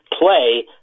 play